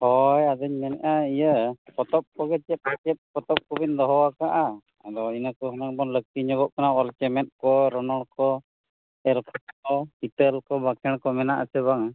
ᱦᱮᱸ ᱟᱫᱚᱧ ᱢᱮᱱᱮᱫᱟ ᱤᱭᱟᱹ ᱯᱚᱛᱚᱵᱽ ᱠᱚᱫᱚ ᱪᱮᱫ ᱯᱚᱛᱚᱵᱽ ᱠᱚᱵᱤᱱ ᱫᱚᱦᱚ ᱟᱠᱟᱫᱟ ᱟᱫᱚ ᱤᱱᱟᱹᱠᱚ ᱦᱩᱱᱟᱹᱝᱫᱚ ᱞᱟᱹᱠᱛᱤᱧᱚᱜᱚᱜ ᱠᱟᱱᱟ ᱚᱞ ᱪᱮᱢᱮᱫ ᱠᱚ ᱨᱚᱱᱚᱲ ᱠᱚ ᱮᱞᱠᱷᱟ ᱠᱚ ᱦᱤᱛᱟᱹᱞᱠᱚ ᱵᱟᱠᱷᱮᱬᱠᱚ ᱢᱮᱱᱟᱜᱼᱟ ᱥᱮ ᱵᱟᱝ